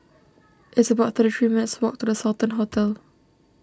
it's about thirty three minutes' walk to the Sultan Hotel